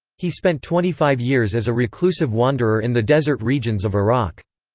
he spent twenty-five years as a reclusive wanderer in the desert regions of iraq.